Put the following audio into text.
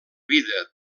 vida